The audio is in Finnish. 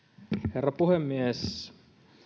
herra puhemies